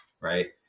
right